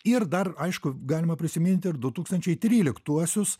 ir dar aišku galima prisimint ir du tūkstančiai tryliktuosius